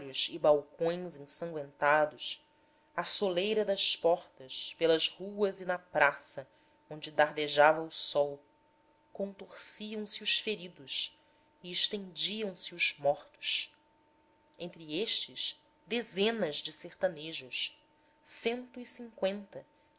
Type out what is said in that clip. e balcões ensangüentados à soleira das portas pelas ruas e na praça onde dardejava o sol contorciam se os feridos e estendiam-se os mortos entre estes dezenas de sertanejos cento e cinqüenta